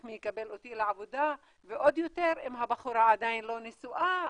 מי יקבל אותי לעבודה ועוד יותר אם הבחורה עדיין לא נשואה,